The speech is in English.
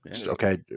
okay